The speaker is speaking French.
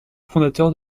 fondateur